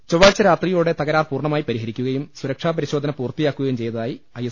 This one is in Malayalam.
ചൊവ്വാഴ്ച രാത്രിയോടെ തകരാർ പൂർണ്ണമായി പരിഹരിക്കുകയും സുര ക്ഷാപരിശോധന പൂർത്തിയാക്കുകയും ചെയ്തതായി ഐ എസ്